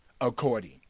According